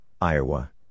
Iowa